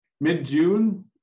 mid-June